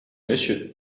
monsieur